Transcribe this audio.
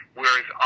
whereas